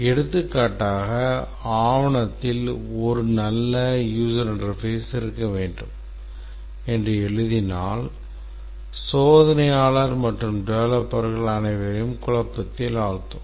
எடுத்துக்காட்டாக ஆவணத்தில் ஒரு நல்ல user interface இருக்க வேண்டும் என்று எழுதினால் சோதனையாளர் மற்றும் டெவலப்பர்கள் அனைவரையும் குழப்பத்தில் ஆழ்த்தும்